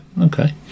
Okay